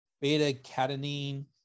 beta-catenine